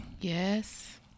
Yes